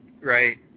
right